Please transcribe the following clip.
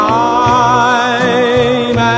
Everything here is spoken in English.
time